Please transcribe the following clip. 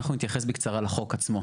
אנחנו נתייחס בקצרה לחוק עצמו.